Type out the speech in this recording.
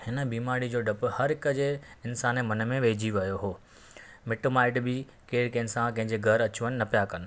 हिन बीमारी जो डपु हर हिक जे इंसान जे मन में वेहजी वियो हो मिटु माइटु बि केरु कंहिंसां कंहिंजे घरु अचु वञु न पिया कनि